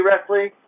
wrestling